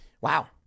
Wow